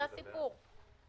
זה הסיפור.